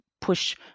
push